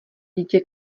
dítě